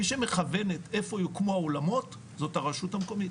מי שמכוונת איפה יוקמו האולמות זאת הרשות המקומית,